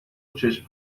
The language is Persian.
چشم